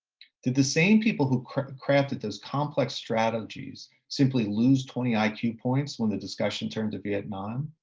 did the same people who crafted crafted those complex strategies simply lose twenty iq points when the discussion turned to vietnam?